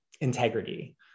integrity